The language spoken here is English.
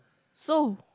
so